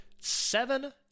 Seven